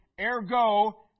Ergo